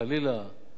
חלילה,